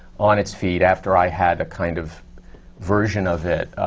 on its feet, after i had a kind of version of it.